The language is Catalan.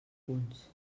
punts